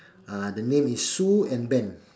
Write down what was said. uh the name is sue and ben